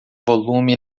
volume